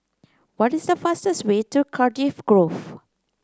what is the fastest way to Cardiff Grove